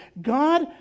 God